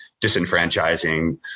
disenfranchising